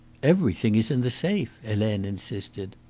everything is in the safe, helene insisted.